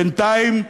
בינתיים,